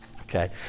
Okay